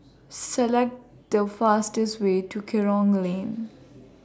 Select The fastest Way to Kerong Lane